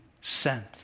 sent